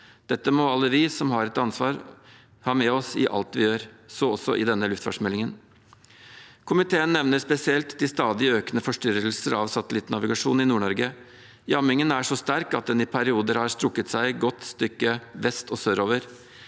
Dette må alle vi som har et ansvar, ha med oss i alt vi gjør – så også i denne luftfartsmeldingen. Komiteen nevner spesielt de stadig økende forstyrrelser av satellittnavigasjon i Nord-Norge. Jammingen er så sterk at den i perioder har strukket seg et godt stykke vest- og sørover.